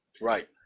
Right